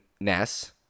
Ness